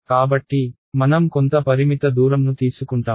కాబట్టి మనం కొంత పరిమిత దూరం ను తీసుకుంటాము